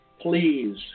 please